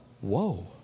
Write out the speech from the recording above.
Whoa